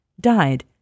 died